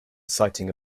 citing